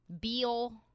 Beal